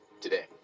today